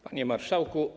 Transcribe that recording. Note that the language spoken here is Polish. Panie Marszałku!